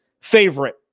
favorite